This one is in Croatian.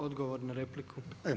Odgovor na repliku.